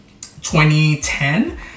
2010